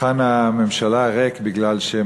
ישראל אייכלר, בבקשה.